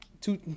two